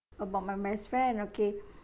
about my best friend okay